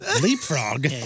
Leapfrog